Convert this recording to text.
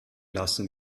lassen